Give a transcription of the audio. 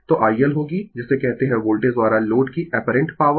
तो IL होगी जिसे कहते है वोल्टेज द्वारा लोड की ऐपरेंट पॉवर